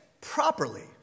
properly